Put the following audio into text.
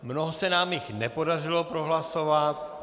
Mnoho se nám jich nepodařilo prohlasovat.